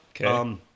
Okay